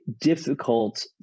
difficult